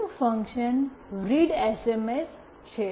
આગળનું function read SMS છે